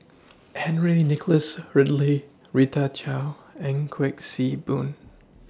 Henry Nicholas Ridley Rita Chao and Kuik Say Boon